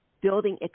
building